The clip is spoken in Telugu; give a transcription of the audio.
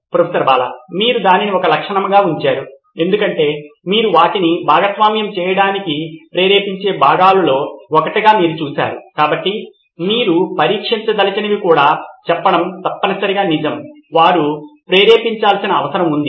ప్రొఫెసర్ బాలా మీరు దానిని ఒక లక్షణంగా ఉంచారు ఎందుకంటే మీరు వాటిని భాగస్వామ్యం చేయడానికి ప్రేరేపించే విషయాలలో ఒకటిగా మీరు చూశారు కాబట్టి మీరు పరీక్షించదలిచినవి కూడా చెప్పడం తప్పనిసరిగా నిజం వారు ప్రేరేపించాల్సిన అవసరం ఉంది